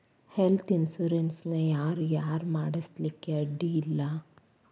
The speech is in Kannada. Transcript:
ಹೆಲ್ತ್ ಇನ್ಸುರೆನ್ಸ್ ನ ಯಾರ್ ಯಾರ್ ಮಾಡ್ಸ್ಲಿಕ್ಕೆ ಅಡ್ಡಿ ಇಲ್ಲಾ?